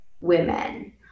women